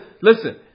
listen